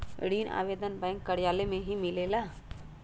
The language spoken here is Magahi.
ऋण आवेदन बैंक कार्यालय मे ही मिलेला?